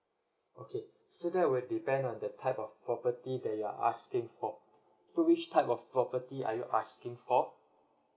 okay so that would depend on the type of property that you're asking for so which type of property are you asking for